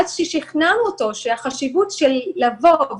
עד כששכנענו אותו בחשיבות של לבוא,